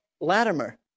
Latimer